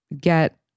get